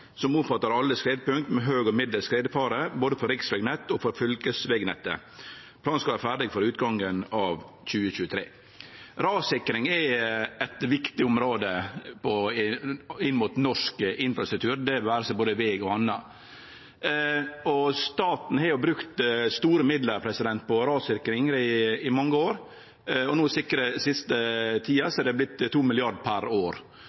som omfattar alle skredpunkt med høg og middels skredfare, både for riksvegnettet og for fylkesvegnettet. Planane skal vera ferdige før utgangen av 2023.» Rassikring er eit viktig område inn mot norsk infrastruktur, det vere seg både veg og anna. Staten har brukt store midlar på rassikring i mange år, og no den siste tida har det vorte sikra for 2 mrd. kr per år.